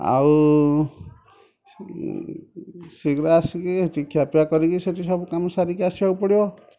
ଆଉ ଶୀଘ୍ର ଆସିକି ଟିକେ ଖିଆପିଆ କରିକି ସେଠି ସବୁ କାମ ସାରିକି ଆସିବାକୁ ପଡ଼ିବ